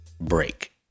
break